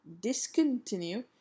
discontinue